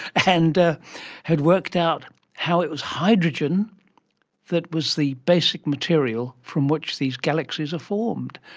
and had worked out how it was hydrogen that was the basic material from which these galaxies are formed.